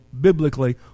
biblically